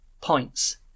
points